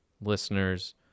listeners